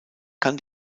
kann